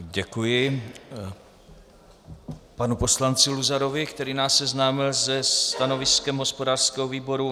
Děkuji panu poslanci Luzarovi, který nás seznámil se stanoviskem hospodářského výboru.